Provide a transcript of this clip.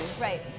Right